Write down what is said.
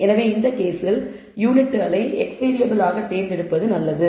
எனவே இந்த கேஸில் யூனிட்களை x வேறியபிள் ஆக தேர்ந்தெடுப்பது நல்லது